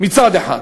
מצד אחד,